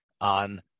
on